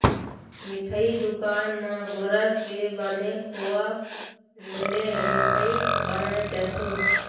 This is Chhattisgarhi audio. मिठई दुकान म गोरस के बने खोवा ले मिठई बनाए जाथे